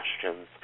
questions